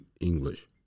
English